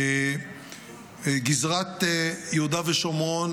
גזרת יהודה ושומרון